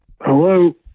hello